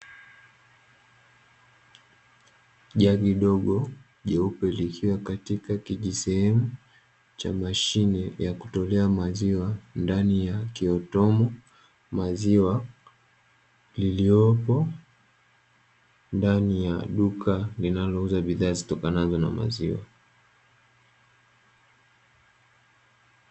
Jagi dogo jeupe likiwa katika kijisehemu cha mashine ya kutolea maziwa ndani ya kioyomo maziwa, liliopo ndani ya duka linalouza bidhaa zitokanazo na maziwa.